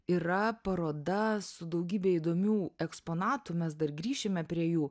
yra paroda su daugybe įdomių eksponatų mes dar grįšime prie jų